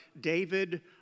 David